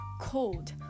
cold